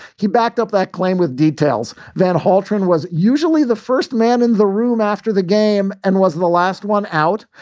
he backed up that claim with details. van haltzman was usually the first man in the room after the game and was the last one out.